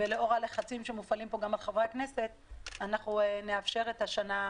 ולאור הלחצים שמופעלים פה גם על חברי הכנסת אנחנו נאפשר שנה.